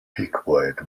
piquet